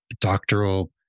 doctoral